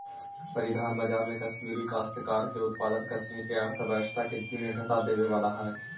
परिधान बाजार में कश्मीरी काश्तकार के उत्पाद कश्मीर के अर्थव्यवस्था के दृढ़ता देवे वाला हई